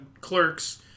Clerks